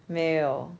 没有